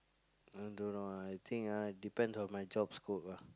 I don't know ah I think ah depends on my job scope ah